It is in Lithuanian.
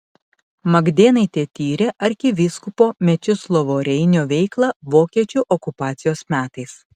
magdėnaitė tyrė arkivyskupo mečislovo reinio veiklą vokiečių okupacijos metais